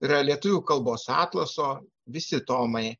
yra lietuvių kalbos atlaso visi tomai